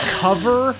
cover